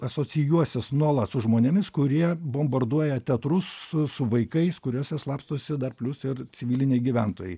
asocijuosis nuolat su žmonėmis kurie bombarduoja teatrus su vaikais kuriuose slapstosi dar plius ir civiliniai gyventojai